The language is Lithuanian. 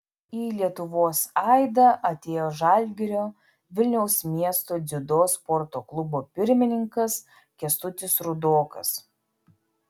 į lietuvos aidą atėjo žalgirio vilniaus miesto dziudo sporto klubo pirmininkas kęstutis rudokas